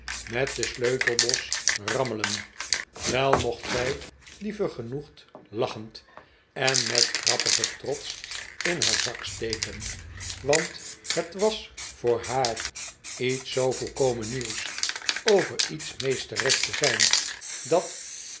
met den sleutelbos rammelen wel mocht zij dien vergenoegd lachend en met grappigen trots in haar zak steken want het was voor haar iets zoo volkomen nieuws over iets meesteres te zijn dat